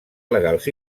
legals